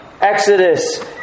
Exodus